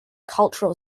cultural